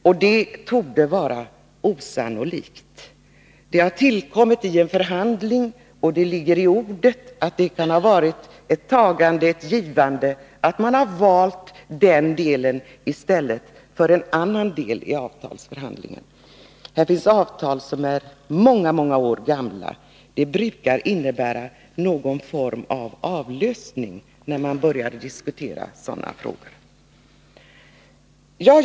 — Men det torde vara osannolikt att de skulle göra så. Förmånen har tillkommit i förhandlingar, och det ligger i ordet att det kan ha varit ett tagande och givande och att man i avtalsförhandlingarna valt betalda karensdagar i stället för en annan förmån. Det finns avtal som är många år gamla. Det brukar innebära någon form av avlösning när man börjar diskutera försämringar.